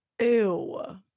Ew